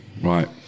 right